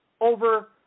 over